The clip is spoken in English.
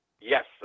Yes